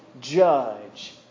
judge